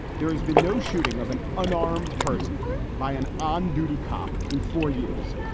there has been no shooting of an unarmed person by an on duty cop in four years.